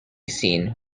seen